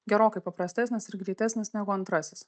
gerokai paprastesnis ir greitesnis negu antrasis